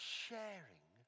sharing